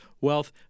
Wealth